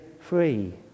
free